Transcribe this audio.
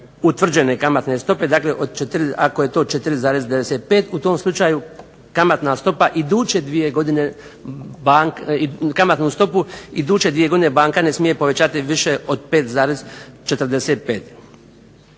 utvrđene kamatne stope, dakle ako je to 4,95% u tom slučaju kamatna stopa iduće dvije godine banka ne smije povećati više od 5,45%